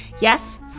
Yes